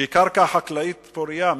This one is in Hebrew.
שהיא קרקע חקלאית פורייה.